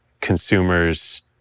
consumers